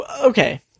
Okay